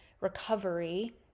recovery